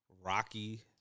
rocky